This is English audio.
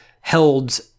held